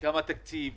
מה התקציב?